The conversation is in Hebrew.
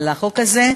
לחוק הזה,